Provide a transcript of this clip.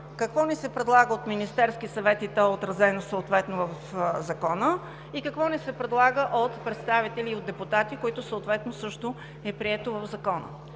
какво ни се предлага от Министерския съвет и то е отразено съответно в Закона, и какво ни се предлага от представители и депутати, което съответно също е прието в Закона.